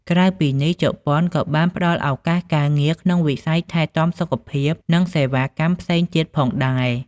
ក្រៅពីនេះ ជប៉ុនក៏បានផ្ដល់ឱកាសការងារក្នុងវិស័យថែទាំសុខភាព និងសេវាកម្មផ្សេងទៀតផងដែរ ។